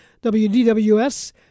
WDWS